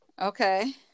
Okay